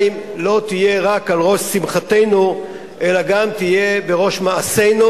לא תהיה רק על ראש שמחתנו אלא גם תהיה בראש מעשינו,